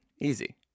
Easy